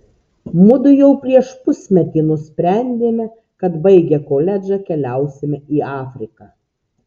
mudu jau prieš pusmetį nusprendėme kad baigę koledžą keliausime į afriką